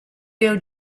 girl